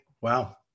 wow